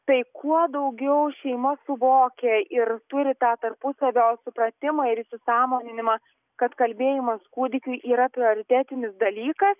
tai kuo daugiau šeima suvokia ir turi tą tarpusavio supratimą ir įsisąmoninimą kad kalbėjimas kūdikiui yra prioritetinis dalykas